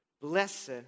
Blessed